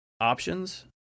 options